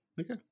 Okay